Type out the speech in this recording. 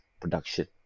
production